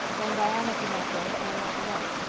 when diana could not go anne went alone.